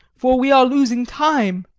for we are losing time.